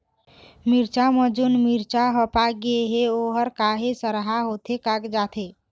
मिरचा म जोन मिरचा हर पाक गे हे ओहर काहे सरहा होथे कागजात हे?